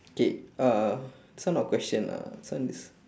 K uh this one not question lah this one is